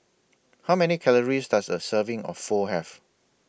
How Many Calories Does A Serving of Pho Have